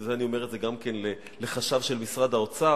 אני אומר את זה גם לחשב של משרד האוצר,